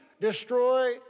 destroy